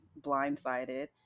blindsided